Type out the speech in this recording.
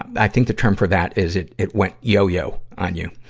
i think the term for that is it, it went yo-yo on you.